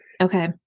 Okay